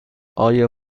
آیا